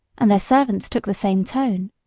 and their servants took the same tone.